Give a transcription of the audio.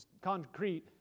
concrete